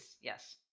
yes